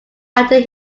after